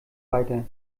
weiter